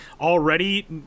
already